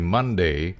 Monday